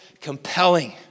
compelling